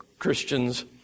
Christians